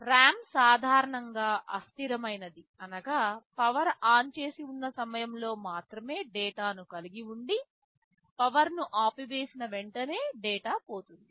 RAM సాధారణంగా ఆస్థిరమైనది అనగా పవర్ ఆన్ చేసి ఉన్న సమయంలో మాత్రమే డేటాను కలిగి ఉండి పవర్ ని ఆపివేసిన వెంటనే డేటా పోతుంది